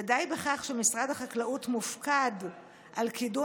ודי בכך שמשרד החקלאות מופקד על קידום